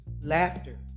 Laughter